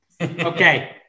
Okay